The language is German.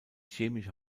chemische